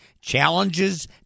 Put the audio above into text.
challenges